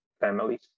families